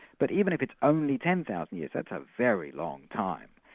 but even if it's only ten thousand years, that's a very long time,